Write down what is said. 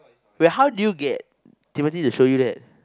wait how do you get Timothy to show you that